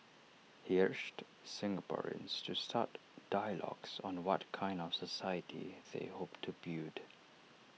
he urged Singaporeans to start dialogues on the what kind of society they hope to build